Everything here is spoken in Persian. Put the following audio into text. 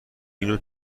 اینو